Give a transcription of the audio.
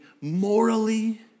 morally